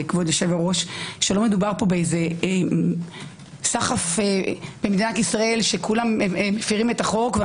שלא מדובר פה בסחף במדינת ישראל שכולם מפרים את החוק.